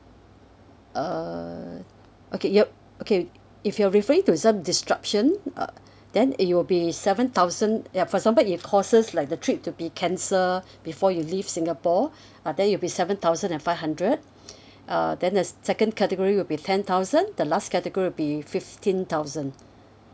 uh okay yup okay if you're referring to some disruption uh then it will be seven thousand ya for example it causes like the trip to be cancelled before you leave singapore ah then it'll be seven thousand and five hundred uh then the s~ second category will be ten thousand the last category will be fifteen thousand